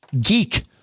geek